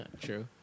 True